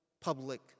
public